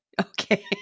Okay